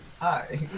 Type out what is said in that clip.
Hi